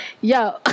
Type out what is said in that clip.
yo